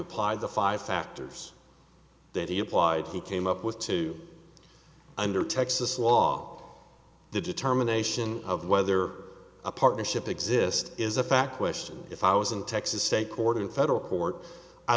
applied the five factors that he applied he came up with to under texas law the determination of whether a partnership exists is a fact question if i was in texas state court in federal court i